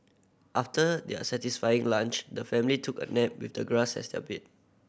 after their satisfying lunch the family took a nap with the grass as their bed